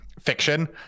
fiction